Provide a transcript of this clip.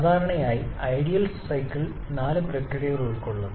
സാധാരണയായി ideal cycle നാല് പ്രക്രിയകൾ ഉൾക്കൊള്ളുന്നു